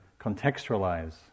contextualize